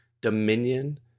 dominion